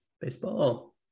baseball